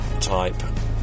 type